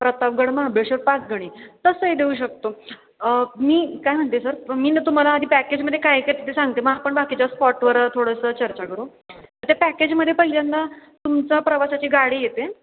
प्रतापगड महाबळेश्वर पाचगणी तसंही देऊ शकतो मी काय म्हणते सर मी ना तुम्हाला आधी पॅकेजमध्ये काय काय येतं सांगते मग आपण बाकीच्या स्पॉटवर थोडंसं चर्चा करू त्या पॅकेजमध्ये पहिल्यांदा तुमचा प्रवासाची गाडी येते